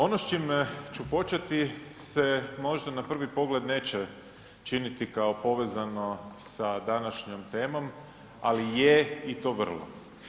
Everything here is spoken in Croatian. Ono s čime ću početi se možda na prvi pogled neće činiti kao povezano sa današnjom temom, ali je i to vrlo.